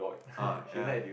uh ya